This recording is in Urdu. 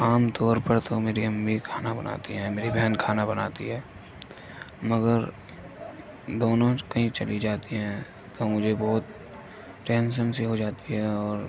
عام طور پر تو میری امّی کھانا بناتی ہیں میری بہن کھانا بناتی ہے مگر دونوں کہیں چلی جاتی ہیں تو مجھے بہت ٹینشن سی ہو جاتی ہے اور